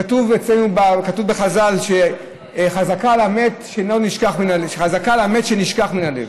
כתוב אצלנו בחז"ל שחזקה על המת שנשכח מן הלב.